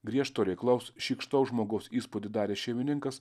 griežto reiklaus šykštaus žmogaus įspūdį darė šeimininkas